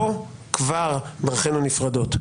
פה כבר דרכינו נפרדות.